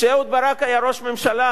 כשאהוד ברק היה ראש ממשלה,